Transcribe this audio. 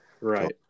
Right